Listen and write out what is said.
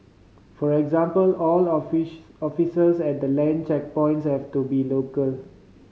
for example all officers at the land checkpoints have to be local